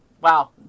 Wow